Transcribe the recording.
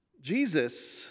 Jesus